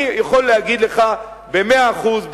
אני יכול להגיד לך במאה אחוז,